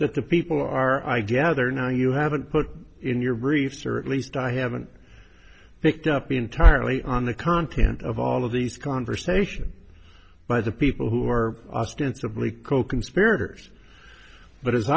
that the people are i gather now you haven't put in your briefs or at least i haven't picked up entirely on the content of all of these conversations by the people who are ostensibly coconspirators but as